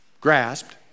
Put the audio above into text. grasped